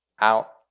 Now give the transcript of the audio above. out